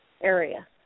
area